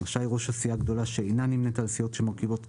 רשאי ראש הסיעה הגדולה שאינה נמנית על הסיעות המרכיבות את